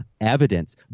evidence